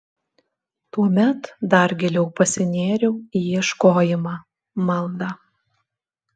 tuomet dar giliau pasinėriau į ieškojimą maldą